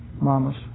Mamas